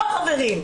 לא, חברים.